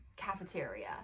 cafeteria